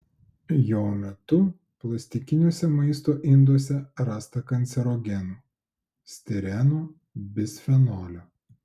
jo metu plastikiniuose maisto induose rasta kancerogenų stireno bisfenolio